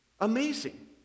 Amazing